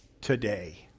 today